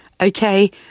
okay